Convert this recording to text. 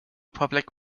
public